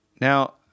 Now